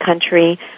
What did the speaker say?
country